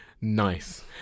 Nice